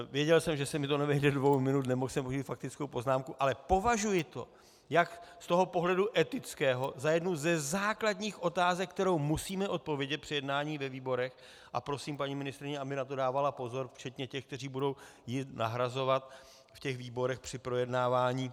Věděl jsem, že se mi to nevejde do dvou minut, nemohl jsem mít faktickou poznámku, ale považuji to jak z toho pohledu etického za jednu ze základních otázek, kterou musíme odpovědět při jednání ve výborech, a prosím paní ministryni, aby na to dávala pozor, včetně těch, kteří ji budou nahrazovat v těch výborech při projednávání.